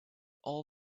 all